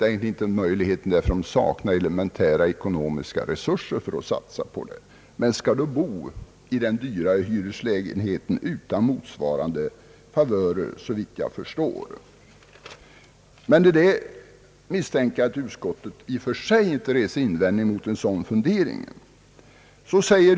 Säkerligen har många inte möjlighet att skaffa eget hus helt enkelt därför att de saknar elementära ekonomiska resurser, De måste då bo i den dyrare hyreslägenheten utan att få motsvarande favörer. Jag misstänker inte i och för sig att utskottsmajoriteten reser någon invändning mot ett sådant resonemang.